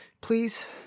please